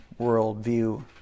worldview